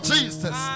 Jesus